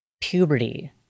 puberty